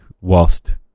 whilst